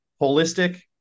Holistic